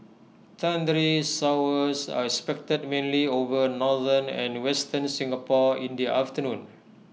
thundery showers are expected mainly over northern and western Singapore in the afternoon